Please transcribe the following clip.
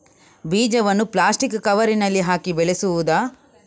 ಬೀಜವನ್ನು ಪ್ಲಾಸ್ಟಿಕ್ ಕವರಿನಲ್ಲಿ ಹಾಕಿ ಬೆಳೆಸುವುದಾ?